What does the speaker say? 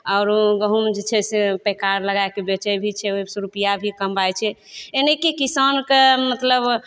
आओर गहुँम जे छै से पैकार लगाइके बेचय भी छै ओइसँ रूपैआ भी कमाइ छै यानि की किसानके मतलब